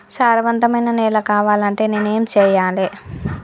సారవంతమైన నేల కావాలంటే నేను ఏం చెయ్యాలే?